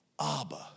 Abba